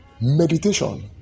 meditation